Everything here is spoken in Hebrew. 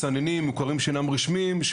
מוכרים שאינם רשמיים שמסננים,